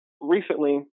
recently